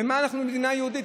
במה אנחנו מדינה יהודית?